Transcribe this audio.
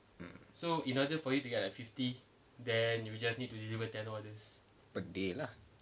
mm per day lah